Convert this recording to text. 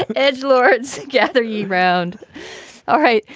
and edge lords gather yeah round all right.